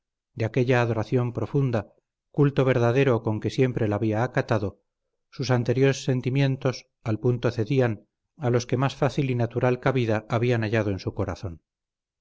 de aquella adoración profunda culto verdadero con que siempre la había acatado sus anteriores sentimientos al punto cedían a los que más fácil y natural cabida habían hallado en su corazón